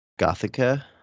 Gothica